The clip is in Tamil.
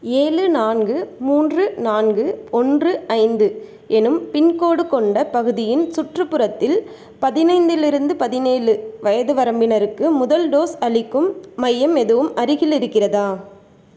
ஏழு நான்கு மூன்று நான்கு ஒன்று ஐந்து எனும் பின்கோடு கொண்ட பகுதியின் சுற்றுப்புறத்தில் பதினைந்திலிருந்து பதினேழு வயது வரம்பினருக்கு முதல் டோஸ் அளிக்கும் மையம் எதுவும் அருகில் இருக்கிறதா